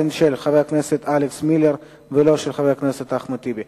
הן של חבר הכנסת אלכס מילר ולא של חבר הכנסת אחמד טיבי.